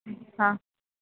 ہاں